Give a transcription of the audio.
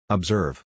Observe